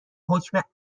حکم